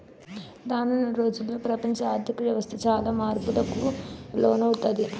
రానున్న రోజుల్లో ప్రపంచ ఆర్ధిక వ్యవస్థ చాలా మార్పులకు లోనవుతాది